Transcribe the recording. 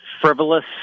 frivolous